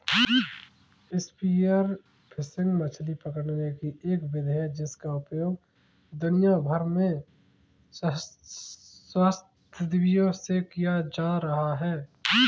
spear fishing मछली पकड़ने की एक विधि है जिसका उपयोग दुनिया भर में सहस्राब्दियों से किया जाता रहा है